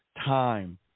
time